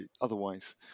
otherwise